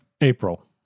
April